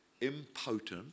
impotent